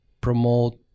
promote